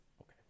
Okay